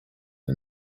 the